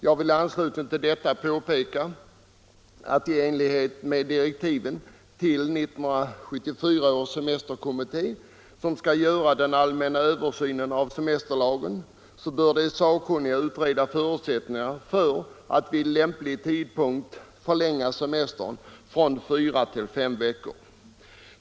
Jag vill i anslutning till detta påpeka att i enlighet med direktiven till 1974 års semesterkommitté, som skall göra den allmänna översynen av semesterlagen, bör de sakkunniga utreda förutsättningarna för att vid lämplig tidpunkt förlänga semestern från fyra till fem veckor.